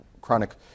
chronic